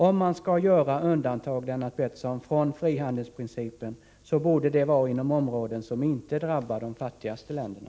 Om man skall göra undantag, Lennart Pettersson, från frihandelsprincipen, borde det vara inom områden som inte drabbar de fattigaste länderna.